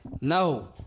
No